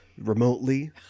Remotely